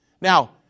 Now